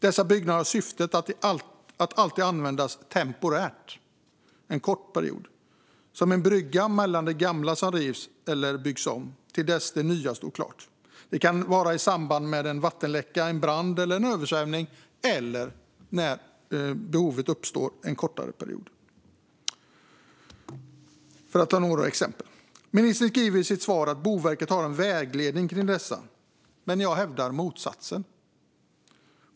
Dessa byggnader har syftet att alltid användas temporärt - en kort period - som en brygga mellan det gamla som rivs eller byggs om och det nya till dess att står klart. Det kan vara i samband med en vattenläcka, en brand eller en översvämning eller när behov annars uppstår för en kortare period, för att ta några exempel. Ministern skriver i sitt svar att Boverket har en vägledning kring dessa, men jag hävdar motsatsen.